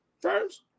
first